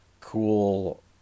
cool